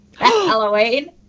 Halloween